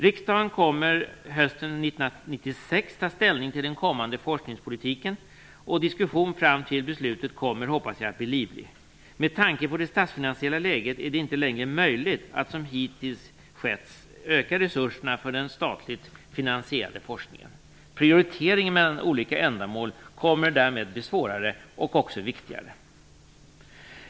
Riksdagen kommer hösten 1996 att ta ställning till den kommande forskningspolitiken, och diskussionen fram till beslutet kommer, hoppas jag, att bli livlig. Med tanke på det statsfinansiella läget är det inte längre möjligt att som hittills skett öka resurserna för den statligt finansierade forskningen. Prioriteringen mellan olika ändamål kommer därmed att bli svårare och också viktigare.